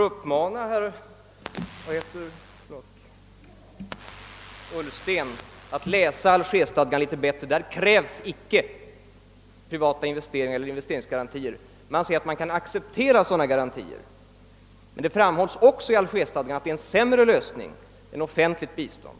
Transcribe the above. Herr talman! Jag får uppmana herr Ullsten att läsa Algerstadgan litet bättre. Där krävs icke privata investeringar eller investeringsgarantier. Där sägs att man kan acceptera sådana garantier, men det framhålls också att de är en sämre lösning än offentligt bistånd.